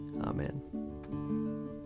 Amen